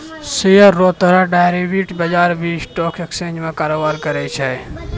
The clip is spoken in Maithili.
शेयर रो तरह डेरिवेटिव्स बजार भी स्टॉक एक्सचेंज में कारोबार करै छै